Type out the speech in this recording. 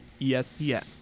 ESPN